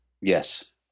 yes